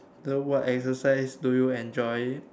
then what exercise do you enjoy